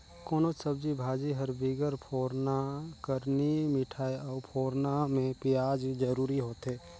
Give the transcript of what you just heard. कोनोच सब्जी भाजी हर बिगर फोरना कर नी मिठाए अउ फोरना में पियाज जरूरी होथे